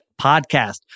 podcast